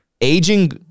aging